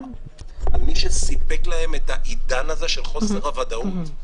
על מי שסיפק להם את העידן הזה של חוסר הוודאות,